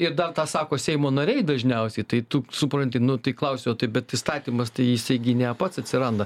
ir dar tą sako seimo nariai dažniausiai tai tu supranti nu tai klausiau o tai bet įstatymas tai jisai gi ne pats atsiranda